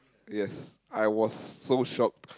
yes I was so shocked